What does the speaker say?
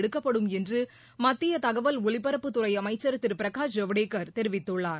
எடுக்கப்படும் என்று மத்திய தகவல் ஒலிபரப்புத்துறை அமைச்சர் திரு பிரகாஷ் ஜவடேகர் தெரிவித்துள்ளார்